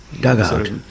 Dugout